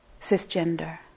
cisgender